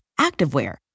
activewear